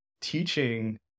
teaching